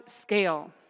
scale